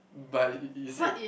but y~ you said